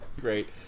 Great